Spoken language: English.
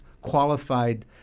qualified